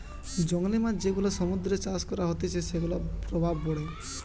জংলী মাছ যেগুলা সমুদ্রতে চাষ করা হতিছে সেগুলার প্রভাব পড়ে